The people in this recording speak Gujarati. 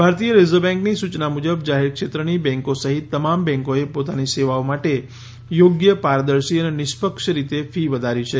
ભારતીય રિઝર્વ બેંકની સૂચના મુજબ જાહેરક્ષેત્રની બેંકો સહીત તમામ બેન્કોએ પોતાની સેવાઓ માટે યોગ્ય પારદર્શી અને નિષ્પક્ષ રીતે ફી વધારી છે